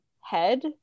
head